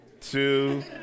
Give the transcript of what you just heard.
two